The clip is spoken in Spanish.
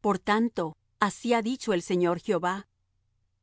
por tanto así ha dicho el señor jehová